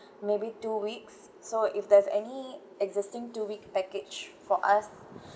maybe two weeks so if there's any existing two week package for us